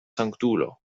sanktulo